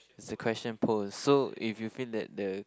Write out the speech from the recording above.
is the question posed so if you feel that the